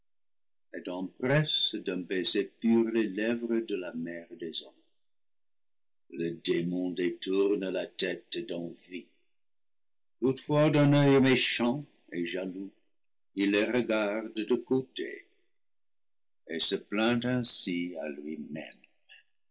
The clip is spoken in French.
les lèvres de la mère des hommes le démon détourne la tête d'envie toutefois d'un oeil méchant et jaloux il les regarde de côté et se plaint ainsi à lui-même